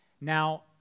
Now